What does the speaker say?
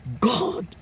God